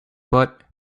but